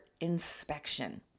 Inspection